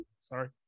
Sorry